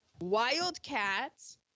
Wildcats